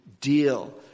deal